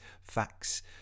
facts